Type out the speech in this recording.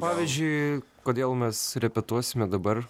pavyzdžiui kodėl mes repetuosime dabar